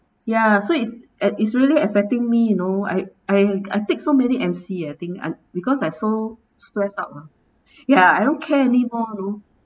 ya so it's at it's really affecting me you know I I I take so many M_C I think and because I so stressed out lah ya I don't care any more lor